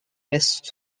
reste